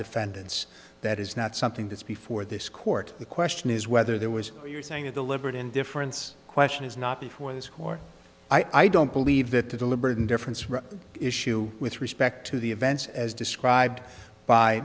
defendants that is not something that's before this court the question is whether there was you're saying a deliberate indifference question is not before this court i don't believe that the deliberate indifference real issue with respect to the events as described by